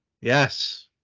Yes